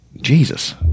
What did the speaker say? Jesus